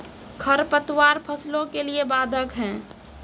खडपतवार फसलों के लिए बाधक हैं?